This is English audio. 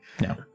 No